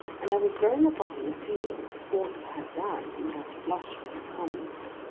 and there was growing upon him a feeling that before he had done he would have to blush for his colleagues.